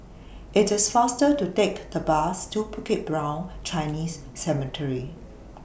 IT IS faster to Take The Bus to Bukit Brown Chinese Cemetery